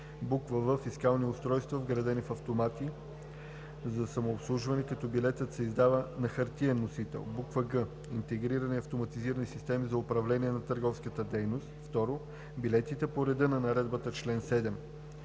в) фискални устройства, вградени в автомати за самообслужване, като билетът се издава на хартиен носител; г) интегрирани автоматизирани системи за управление на търговската дейност. 2. билети по реда на наредбата чл. 7,